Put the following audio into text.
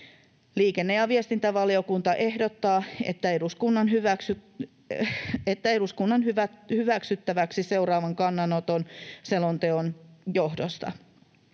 Liikenne- ja viestintävaliokunta ehdottaa eduskunnan hyväksyttäväksi seuraavan kannanoton selonteon johdosta: